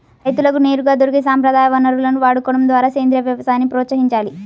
రైతులకు నేరుగా దొరికే సంప్రదాయ వనరులను వాడుకోడం ద్వారా సేంద్రీయ వ్యవసాయాన్ని ప్రోత్సహించాలి